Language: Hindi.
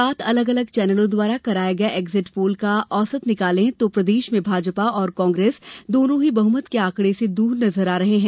सात अलग अलग चैनलों द्वारा कराये गये एक्जिट पोल का औसत निकाले तो प्रदेश में भाजपा और कांग्रेस दोनो ही बहुमत के आंकड़े से दूर नजर आ रहे हैं